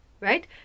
Right